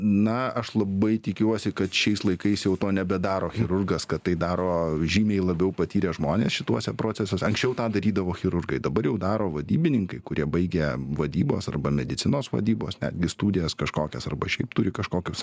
na aš labai tikiuosi kad šiais laikais jau to nebedaro chirurgas kad tai daro žymiai labiau patyrę žmonės šituose procesuos anksčiau tą darydavo chirurgai dabar jau daro vadybininkai kurie baigę vadybos arba medicinos vadybos netgi studijas kažkokias arba šiaip turi kažkokius